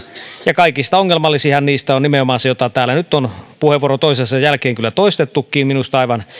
ja kaikista ongelmallisinhan niistä on nimenomaan se jota täällä nyt on puheenvuoro toisensa jälkeen kyllä toistettukin minusta aivan